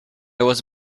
was